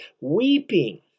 weeping